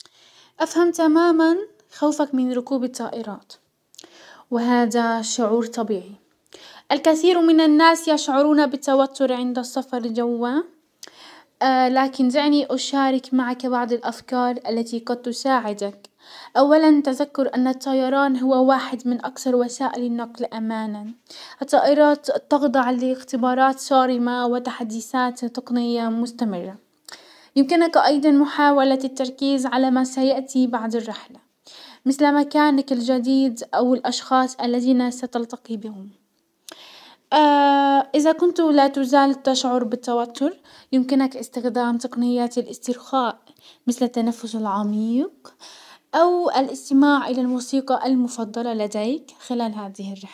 هلا والله! مبروك يا غالي على زواجك! والله يوفقك مع عروستك ويجمعكم على خير. أتمنى لكم حياة مليانة حب وسعادة، وكل لحظة تكون أحلى من اللي قبلها. لا تنسى تدعيني على العزيمة، بتكون أسعد لحظة بحياتي. الله يبارك فيكم ويجعلها حياة مليانة بركة. تحياتي!